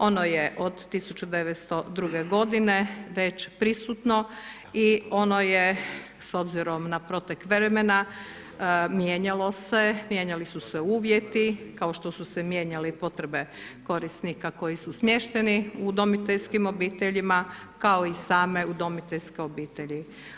Ono je od 1902. godine već prisutno i ono je s obzirom na protek vremena mijenjalo se, mijenjali su se uvjeti, kao što su se mijenjale i potrebe korisnika koji su smješteni u udomiteljskim obiteljima, kao i same udomiteljske obitelji.